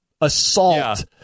assault